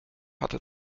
hatte